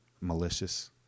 malicious